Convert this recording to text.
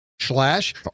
Slash